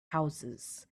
houses